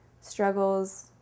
struggles